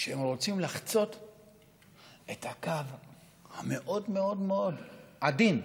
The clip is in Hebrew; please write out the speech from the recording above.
שהם רוצים לחצות את הקו המאוד-מאוד מאוד עדין,